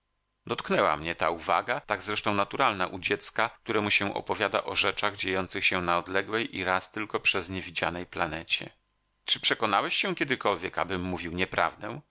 dotknęła mnie ta uwaga tak zresztą naturalna u dziecka któremu się opowiada o rzeczach dziejących się na odległej i raz tylko przez nie widzianej planecie czy przekonałeś się kiedykolwiek abym mówił nieprawdę